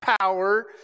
power